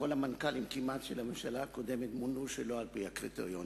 כמעט כל המנכ"לים של הממשלה הקודמת מונו שלא על-פי הקריטריונים,